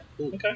Okay